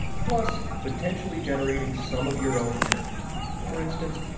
plus potentially generating some of your own energy for instance,